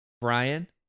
Brian